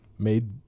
made